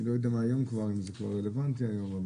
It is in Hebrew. אני לא יודע אם זה רלוונטי כיום.